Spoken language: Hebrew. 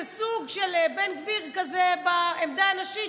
זה סוג של בן גביר כזה בעמדה הנשית,